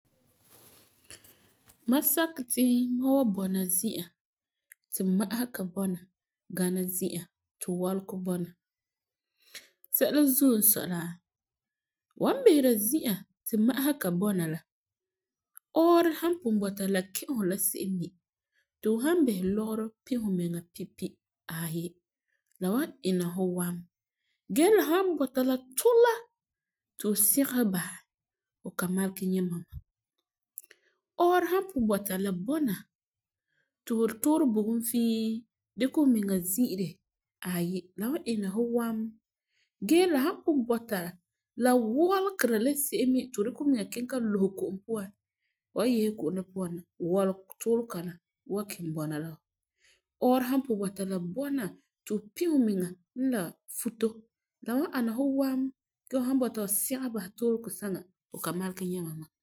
Mam sakɛ ti n wan bɔna zi'a ti ma'asega bɔna gana zi'an ti wɔlegɔ bɔna sɛla zuo n sɔi la, fu wan bisera zi'an ti ma'asega bɔna la, ɔɔrɔ san pugum bɔta la kɛ fu la se'em me, fu san bisɛ lɔgerɔ pi fumiŋa pi pi ayi, la wan ana fu wam gee la san tuula ti fu sɛgesi basɛ fu kan magelum nyɛ ma ma. Ɔɔrɔ san pugum bɔta la bɔna ti fu yu'urɛ bugum fii dikɛ fumiŋa zi'ire ayi, la wan ana fu wam gee la san pugum bɔta la mɔregera la se'em me ti fu dikɛ fumiŋa kiŋɛ ka lusɛ ko'om puan, fu wan yese ko'om la puan wɔlegɔ/tuulega wan kelum bɔna la fu. Ɔɔrɔ san pugum bɔta la bɔna ti fu pi fumiŋa la futo la wan ana fu wam gee fu san bɔta fu sɛgesi tuulegɔ saŋa fu kan magelum nyɛ ma ma.